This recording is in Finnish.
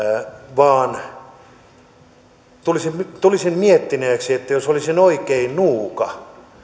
vaan tulen miettineeksi että jos olisin oikein nuuka